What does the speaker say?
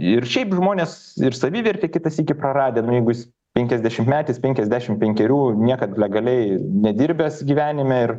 ir šiaip žmonės ir savivertę kitą sykį praradę nu jeigu jis penkiasdešimtmetis penkiasdešim penkerių niekad legaliai nedirbęs gyvenime ir